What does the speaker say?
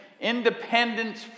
Independence